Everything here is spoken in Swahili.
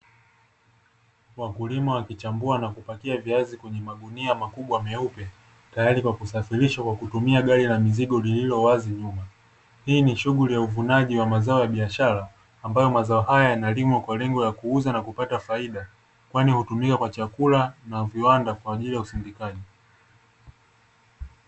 Wakulima wakichambua na kupakia viazi kwenye magunia makubwa meupe, tayari kwa kusafirisha kwa kutumia gari la mizigo lililowazi nyuma, hii ni shughuli ya uvunaji wa mazao ya biashara ambayo mazao haya yanalimwa kwa lengo la kuuza na kupata faida, kwani hutumika kwa chakula na viwanda kwa ajili ya usindikaji.